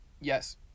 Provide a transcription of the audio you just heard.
Yes